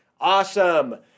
Awesome